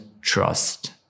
trust